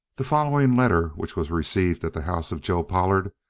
the following letter, which was received at the house of joe pollard,